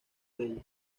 leyes